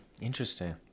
Interesting